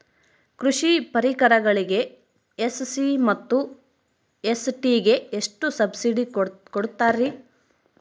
ಕೃಷಿ ಪರಿಕರಗಳಿಗೆ ಎಸ್.ಸಿ ಮತ್ತು ಎಸ್.ಟಿ ಗೆ ಎಷ್ಟು ಸಬ್ಸಿಡಿ ಕೊಡುತ್ತಾರ್ರಿ?